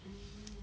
mm